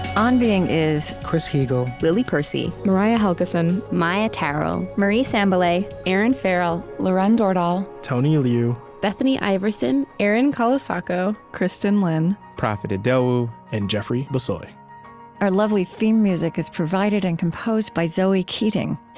on being is chris heagle, lily percy, mariah helgeson, maia tarrell, marie sambilay, erinn farrell, lauren dordal, tony liu, bethany iverson, erin colasacco, kristin lin, profit idowu, and jeffrey bissoy our lovely theme music is provided and composed by zoe keating.